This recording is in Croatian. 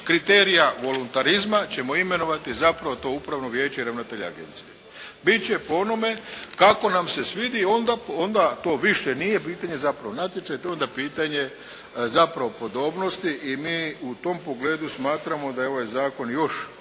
kriterija voluntarizma ćemo imenovati zapravo to upravno vijeće i ravnatelja agencije. Bit će po onome kako nam se svidi. Onda to više nije pitanje zapravo natječaja. To je onda pitanje zapravo podobnosti i mi u tom pogledu smatramo da je ovaj zakon još